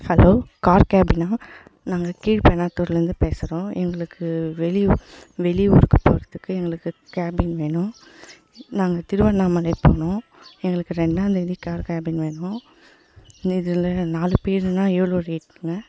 hello car கேபினா நாங்கள் கீழ்பெனாத்தூர்லருந்து பேசுகிறோம் எங்களுக்கு வெளியூர் வெளியூருக்கு போறதுக்கு எங்களுக்கு கேபின் வேணும் நாங்கள் திருவண்ணாமலை போகணும் எங்களுக்கு ரெண்டாந்தேதி கார் கேபின் வேணும் இதில் நாலு பேருன்னா எவ்வளோ ரேட்டுங்க